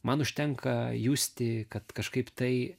man užtenka justi kad kažkaip tai